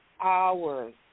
hours